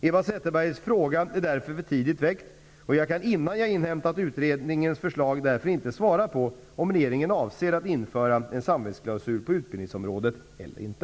Eva Zetterbergs fråga är därför för tidigt väckt, och jag kan innan jag inhämtat utredningens förslag därför inte svara på frågan om regeringen avser att införa en samvetsklausul på utbildningsområdet eller inte.